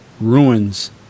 ruins